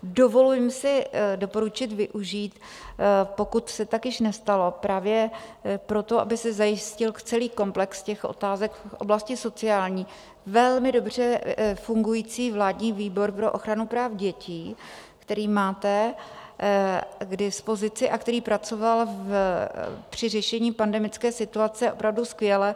Dovolím si doporučit využít, pokud se tak již nestalo, právě proto, aby se zajistil celý komplex těch otázek v oblasti sociální, velmi dobře fungující Vládní výbor pro ochranu práv dětí, který máte k dispozici, který pracoval při řešení pandemické situace opravdu skvěle.